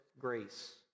grace